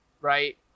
right